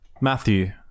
Matthew